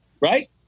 right